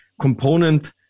component